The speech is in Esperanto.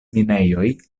minejoj